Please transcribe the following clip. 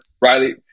Riley –